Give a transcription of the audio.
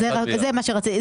זה מה שרציתי.